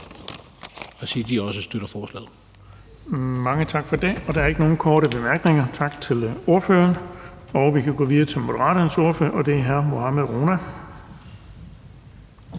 fg. formand (Erling Bonnesen): Tak for det. Der er ikke nogen korte bemærkninger. Tak til ordføreren. Vi kan gå videre til Moderaternes ordfører, og det er hr. Mohammad Rona.